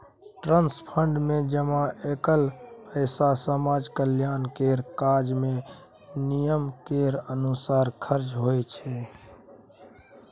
trust fund मे जमा कएल पैसा समाज कल्याण केर काज मे नियम केर अनुसार खर्च होइ छै